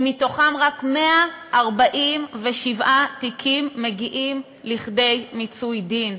ומתוכם רק 147 תיקים מגיעים לכדי מיצוי דין.